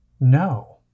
No